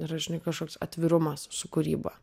yra žinai kažkoks atvirumas su kūryba